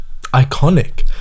iconic